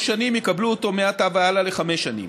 שנים יקבלו אותו מעתה והלאה לחמש שנים.